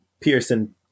Pearson